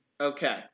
Okay